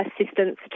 assistance